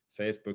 Facebook